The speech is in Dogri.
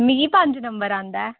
मिगी पंज नंबर औंदा ऐ